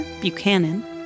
Buchanan